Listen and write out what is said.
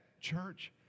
church